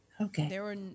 Okay